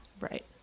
Right